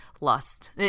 lust